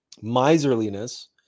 Miserliness